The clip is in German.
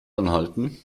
anhalten